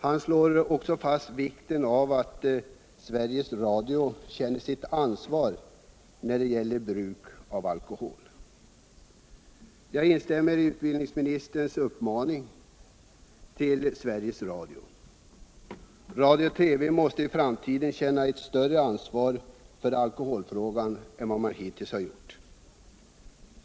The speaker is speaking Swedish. Han slår fast vikten av att Sveriges Radio känner sitt ansvar när det gäller bruk av alkohol. Jag vill instämma i utbildningsministerns uppmaning till Sveriges Radio. Radio och TV måste i framtiden känna ett större ansvar i alkoholfrågan än vad man hittills har gjort.